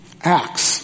acts